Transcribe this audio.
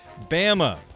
Bama